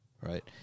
right